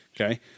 Okay